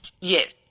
Yes